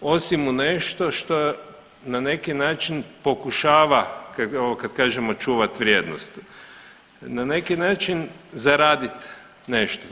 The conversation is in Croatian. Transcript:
osim u nešto što na neki način pokušava, ovo kad kažem očuvat vrijednost, na neki način zaradit nešto.